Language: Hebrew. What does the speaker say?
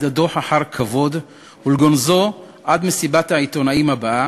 הדוח אחר כבוד ולגונזו עד מסיבת העיתונאים הבאה,